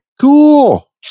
Cool